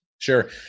Sure